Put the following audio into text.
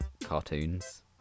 cartoons